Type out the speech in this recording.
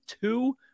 two